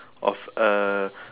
of a